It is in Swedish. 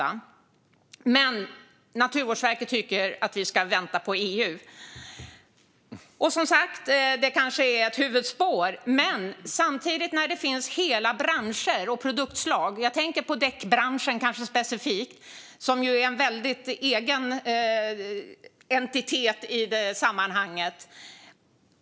Men Naturvårdsverket tycker att vi ska vänta på EU. Det är kanske ett huvudspår, som sagt. Men samtidigt finns det hela branscher och produktslag där man är beredd att göra detta. Jag tänker kanske specifikt på däckbranschen, som är en egen entitet i sammanhanget.